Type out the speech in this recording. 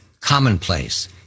Commonplace